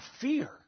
fear